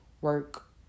work